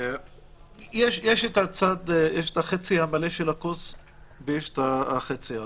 יש את החצי המלא של הכוס ויש את החצי הריק.